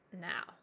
now